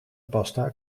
pasta